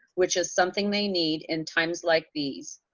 which is something they need in times like these,